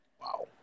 Wow